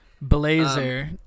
Blazer